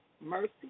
mercy